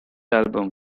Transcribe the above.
album